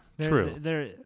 true